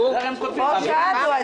שאלנו,